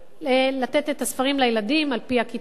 צריכה לתת את הספרים לילדים על-פי הכיתות,